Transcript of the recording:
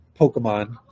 Pokemon